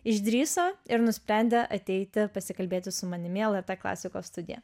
išdrįso ir nusprendė ateiti pasikalbėti su manimi į lrt klasikos studiją